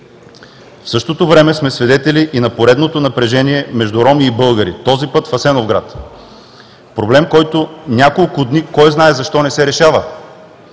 В същото време сме свидетели и на поредното напрежение между роми и българи – този път в Асеновград. Проблем, който няколко дни кой знае защо не се решава?